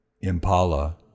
Impala